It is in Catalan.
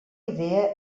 idea